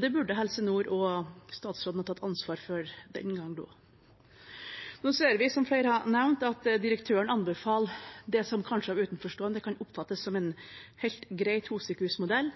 Det burde Helse Nord og statsråden tatt ansvar for den gangen. Nå ser vi, som flere har nevnt, at direktøren anbefaler det som kanskje av utenforstående kan oppfattes som en helt grei